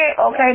okay